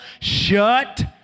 shut